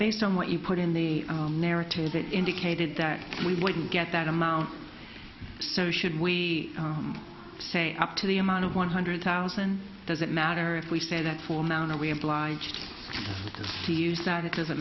based on what you put in the narrative that indicated that we wouldn't get that amount so should we we say up to the amount of one hundred thousand does it matter if we say that for now no we obliged to use that it doesn't